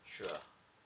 sure